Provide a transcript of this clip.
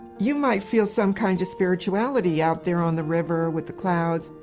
you might feel some kind of spirituality out there on the river with the clouds.